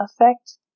effect